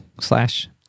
slash